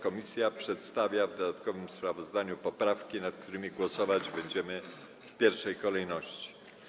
Komisja przedstawia w dodatkowym sprawozdaniu poprawki, nad którymi głosować będziemy w pierwszej kolejności.